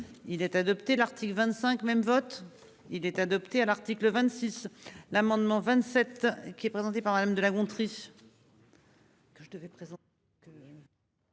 il est adopté l'article 25 même vote il est adopté à l'article 26. L'amendement 27 qui est présenté par Madame de La Gontrie.